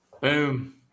Boom